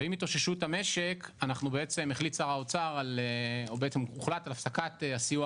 ועם התאוששות המשק הוחלט על הפסקת הסיוע